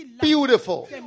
Beautiful